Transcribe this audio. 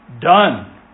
done